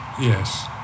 Yes